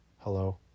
Hello